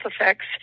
effects